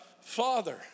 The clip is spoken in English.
Father